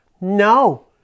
No